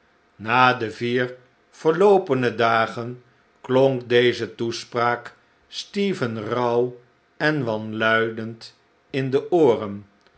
na de vier verloopene dagen klonk deze toespraak stephen rauw en wanluidend in de ooren